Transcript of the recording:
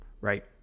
right